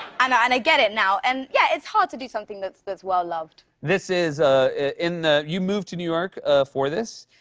and i and get it now, and yeah, it's hard to do something that's that's well-loved. this is ah in the you moved to new york for this?